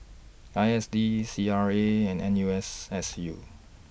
I S D C R A and N U S S U